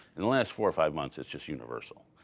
in the last four or five months, it's just universal.